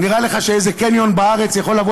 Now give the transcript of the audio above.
נראה לך שאיזה קניון בארץ יכול לבוא